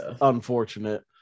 unfortunate